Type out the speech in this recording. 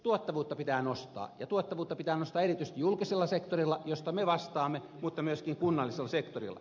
tuottavuutta pitää nostaa ja tuottavuutta pitää nostaa erityisesti julkisella sektorilla josta me vastaamme mutta myöskin kunnallisella sektorilla